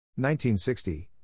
1960